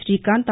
Srikanth